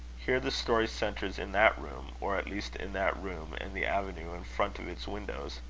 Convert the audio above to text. here the story centres in that room or at least in that room and the avenue in front of its windows.